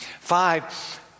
Five